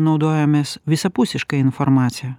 naudojamės visapusiška informacija